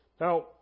Now